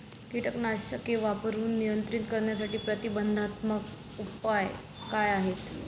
कीटकनाशके वापरून नियंत्रित करण्यासाठी प्रतिबंधात्मक उपाय काय आहेत?